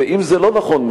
ואם זה לא נכון,